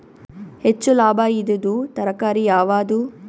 ಹೆಚ್ಚು ಲಾಭಾಯಿದುದು ತರಕಾರಿ ಯಾವಾದು?